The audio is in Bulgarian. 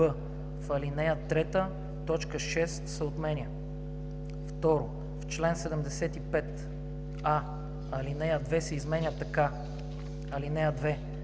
В чл. 75: а) алинея 2 се изменя така: